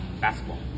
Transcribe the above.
Basketball